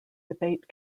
debate